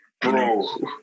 Bro